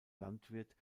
landwirt